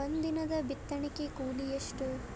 ಒಂದಿನದ ಬಿತ್ತಣಕಿ ಕೂಲಿ ಎಷ್ಟ?